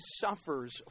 suffers